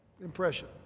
impression